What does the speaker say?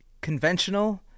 conventional